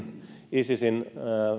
isisin